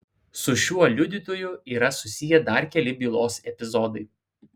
su šiuo liudytoju yra susiję dar keli bylos epizodai